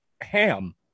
ham